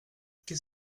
qu’est